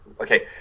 okay